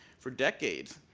for decades,